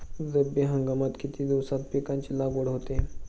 रब्बी हंगामात किती दिवसांत पिकांची लागवड होते?